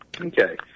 Okay